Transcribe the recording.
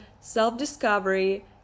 self-discovery